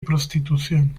prostitución